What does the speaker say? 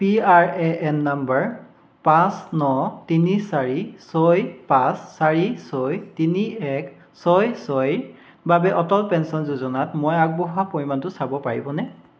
P R A N নম্বৰ পাঁচ ন তিনি চাৰি ছয় পাঁচ চাৰি ছয় তিনি এক ছয় ছয় ৰ বাবে অটল পেঞ্চন যোজনাত মই আগবঢ়োৱা পৰিমাণটো চাব পাৰিবনে